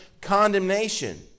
condemnation